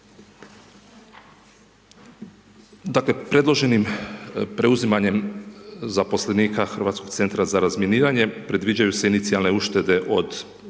Dakle, predloženim preuzimanjem zaposlenika Hrvatskog centra za razminiranje, predviđaju se inicijalne uštede od milijun